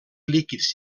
líquids